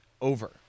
over